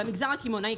במגזר הקמעונאי,